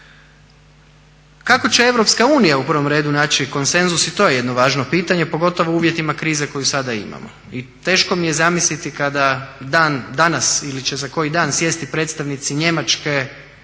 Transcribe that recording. Kako će EU u prvom redu naći konsenzus, i to je jedno važno pitanje, pogotovo u uvjetima krize koju sada imamo. I teško mi je zamisliti kada danas ili će za koji dan sjesti predstavnici Njemačke,